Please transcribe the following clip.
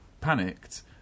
panicked